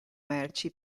merci